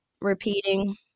repeating